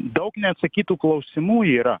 daug neatsakytų klausimų yra